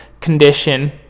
condition